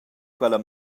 quella